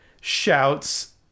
shouts